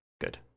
Good